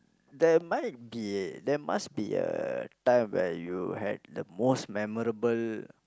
there might be there must be a time where you had the most memorable